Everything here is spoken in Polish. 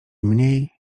mniej